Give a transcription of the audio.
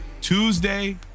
tuesday